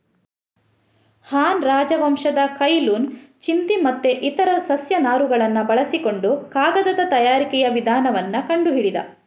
ಹಾನ್ ರಾಜವಂಶದ Cai Lun ಚಿಂದಿ ಮತ್ತೆ ಇತರ ಸಸ್ಯ ನಾರುಗಳನ್ನ ಬಳಸಿಕೊಂಡು ಕಾಗದದ ತಯಾರಿಕೆಯ ವಿಧಾನವನ್ನ ಕಂಡು ಹಿಡಿದ